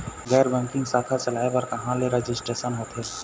गैर बैंकिंग शाखा चलाए बर कहां ले रजिस्ट्रेशन होथे?